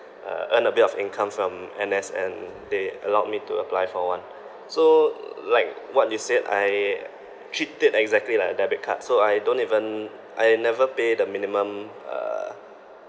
uh earn a bit of income from N_S and they allowed me to apply for one so like what you said I treat it exactly like a debit card so I don't even I never pay the minimum uh